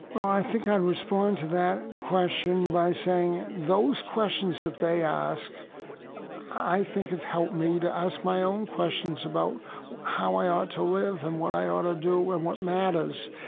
well, i think i'd respond to that question by saying those questions that they ask i think have helped me to ask my own questions about how i ought to live and what i ought to do and what matters.